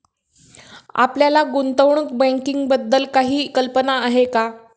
आपल्याला गुंतवणूक बँकिंगबद्दल काही कल्पना आहे का?